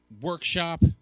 workshop